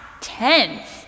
tense